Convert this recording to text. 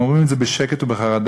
הם אומרים את זה בשקט ובחרדה,